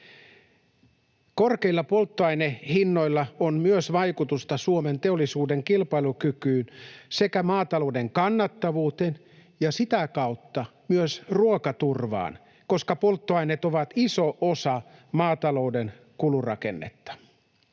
Korkeilla polttoainehinnoilla on vaikutusta myös Suomen teollisuuden kilpailukykyyn sekä maatalouden kannattavuuteen ja sitä kautta myös ruokaturvaan, koska polttoaineet ovat iso osa maatalouden kulurakennetta.